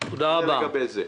לגבי זה.